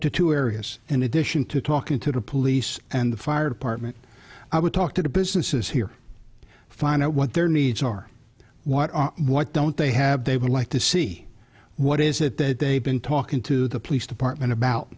to two areas in addition to talking to the police and the fire department i would talk to the businesses here find out what their needs are what what don't they have they would like to see what is it that they've been talking to the police department about